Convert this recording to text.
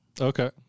Okay